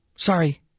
Sorry